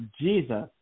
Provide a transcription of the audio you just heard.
Jesus